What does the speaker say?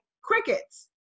crickets